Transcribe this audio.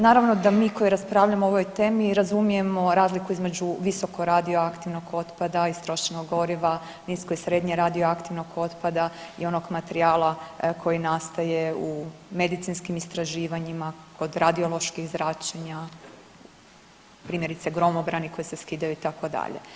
Naravno da mi koji raspravljamo o ovoj temi razumijemo razliku između visoko radioaktivnog otpada, istrošenog goriva, nisko i srednje radioaktivnog otpada i onog materijala koji nastaje u medicinskim istraživanjima, kod radioloških zračenja, primjerice gromobrani koji se skidaju itd.